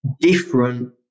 different